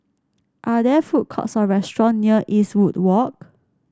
are there food courts or restaurants near Eastwood Walk